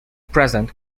present